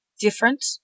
different